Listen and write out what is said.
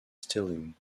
stirling